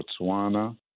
Botswana